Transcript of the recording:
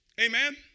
Amen